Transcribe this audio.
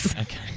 Okay